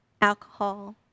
alcohol